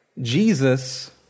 Jesus